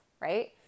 right